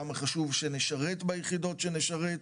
למה חשוב שנשרת ביחידות שנשרת,